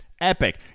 epic